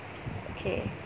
okay